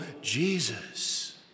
Jesus